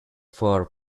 far